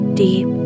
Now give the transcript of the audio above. deep